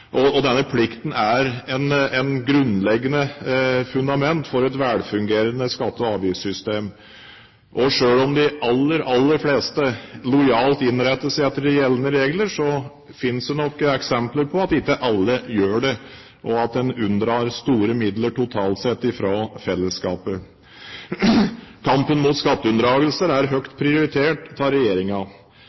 Denne plikten er et grunnleggende fundament for et velfungerende skatte- og avgiftssystem, og selv om de aller, aller fleste lojalt innretter seg etter de gjeldende regler, finnes det nok eksempler på at ikke alle gjør det, og at en unndrar store midler totalt sett fra fellesskapet. Kampen mot skatteunndragelser er høyt prioritert av